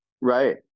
right